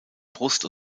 brust